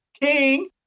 king